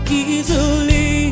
easily